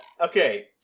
Okay